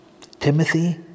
Timothy